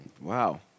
Wow